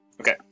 Okay